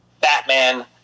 Batman